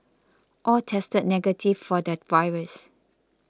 all tested negative for the virus